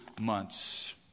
months